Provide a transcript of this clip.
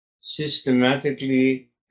systematically